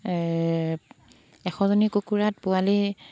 এশজনী কুকুৰাত পোৱালি